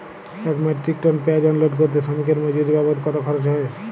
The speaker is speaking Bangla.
এক মেট্রিক টন পেঁয়াজ আনলোড করতে শ্রমিকের মজুরি বাবদ কত খরচ হয়?